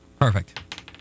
Perfect